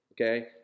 okay